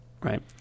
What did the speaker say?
Right